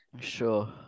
Sure